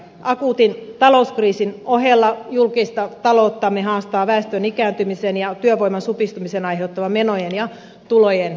akuutin talouskriisin ohella julkista talouttamme haastaa väestön ikääntymisen ja työvoiman supistumisen aiheuttama menojen ja tulojen epäsuhta